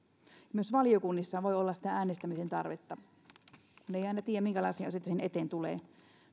myös valiokunnissa voi olla sitä äänestämisen tarvetta eikä aina tiedä minkälaisia asioita sinne eteen tulee